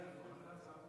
כַּלְפוֹן.